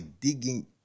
digging